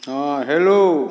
हँ हेलो